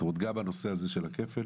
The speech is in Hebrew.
גם נושא הכפל